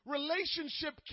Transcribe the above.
Relationship